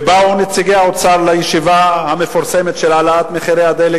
ובאו נציגי האוצר לישיבה המפורסמת של העלאת מחירי הדלק,